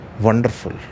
wonderful